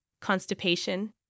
constipation